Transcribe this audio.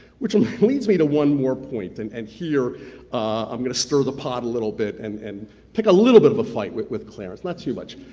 which um leads me to one more point, and and here i'm gonna stir the pot a little bit and and pick a little bit of a fight with with clarence, not too much.